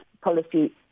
policy